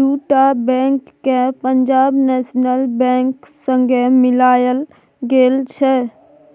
दु टा बैंक केँ पंजाब नेशनल बैंक संगे मिलाएल गेल छै